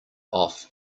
off